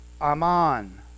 Aman